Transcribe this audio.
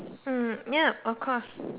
hmm ya of course